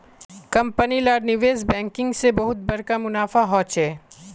company लार निवेश banking से बहुत बड़का मुनाफा होचे